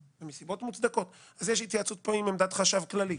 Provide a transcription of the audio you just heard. בדקתי את זה התייעצות עם עמדת החשב הכללי,